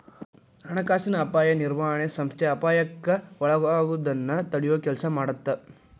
ಹಣಕಾಸಿನ ಅಪಾಯ ನಿರ್ವಹಣೆ ಸಂಸ್ಥೆ ಅಪಾಯಕ್ಕ ಒಳಗಾಗೋದನ್ನ ತಡಿಯೊ ಕೆಲ್ಸ ಮಾಡತ್ತ